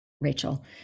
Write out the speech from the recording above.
Rachel